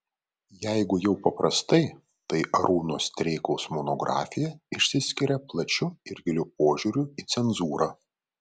jeigu jau paprastai tai arūno streikaus monografija išsiskiria plačiu ir giliu požiūriu į cenzūrą